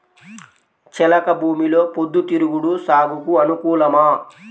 చెలక భూమిలో పొద్దు తిరుగుడు సాగుకు అనుకూలమా?